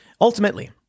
Ultimately